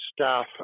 staff